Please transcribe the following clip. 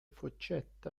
fortsätta